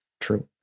true